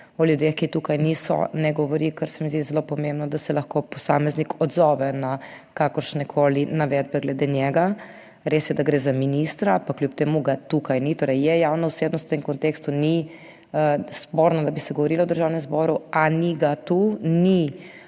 o ljudeh, ki tukaj niso, ne govori, ker se mi zdi zelo pomembno, da se lahko posameznik odzove na kakršnekoli navedbe glede njega. Res je, da gre za ministra, pa kljub temu ga tukaj ni. Torej je javna osebnost in v tem kontekstu ni sporno, da bi se govorilo v Državnem zboru, a ni ga, tu ni.